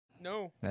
No